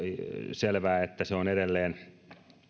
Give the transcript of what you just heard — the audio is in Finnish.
selvää että se on edelleen